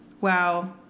wow